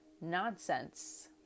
nonsense